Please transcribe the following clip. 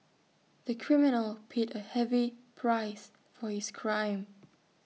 the criminal paid A heavy price for his crime